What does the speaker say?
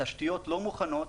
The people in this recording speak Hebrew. התשתיות לא מוכנות,